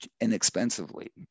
inexpensively